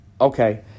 okay